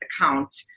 account